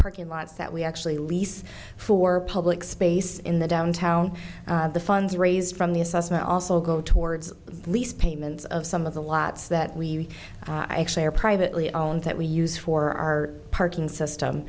parking lots that we actually lease for public space in the downtown the funds raised from the assessment also go towards lease payments of some of the lots that we i actually are privately owned that we use for our parking system